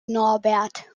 norbert